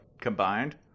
combined